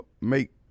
make